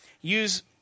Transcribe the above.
use